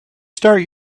start